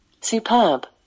Superb